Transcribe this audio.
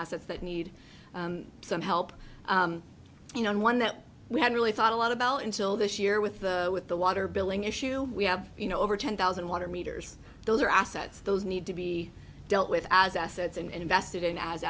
assets that need some help you know and one that we had really thought a lot about until this year with the with the water billing issue we have you know over ten thousand water meters those are assets those need to be dealt with as assets and invested in a